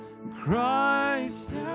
Christ